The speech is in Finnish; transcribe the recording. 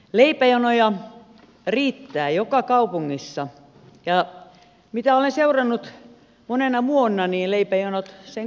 leipäjonoja riittää joka kaupungissa ja mitä olen seurannut monena vuonna niin leipäjonot sen kuin kasvavat